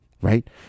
right